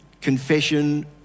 confession